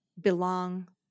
belong